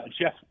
Jeff